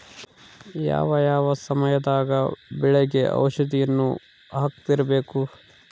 ಯಾವ ಯಾವ ಸಮಯದಾಗ ಬೆಳೆಗೆ ಔಷಧಿಯನ್ನು ಹಾಕ್ತಿರಬೇಕು?